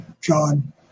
John